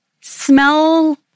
smell